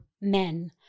men